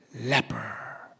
Leper